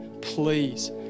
please